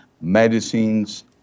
medicines